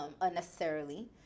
unnecessarily